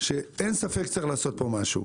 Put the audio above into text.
שאין ספק שצריך לעשות פה משהו.